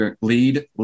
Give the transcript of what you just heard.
lead